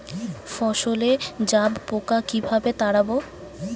ফসলে জাবপোকা কিভাবে তাড়াব?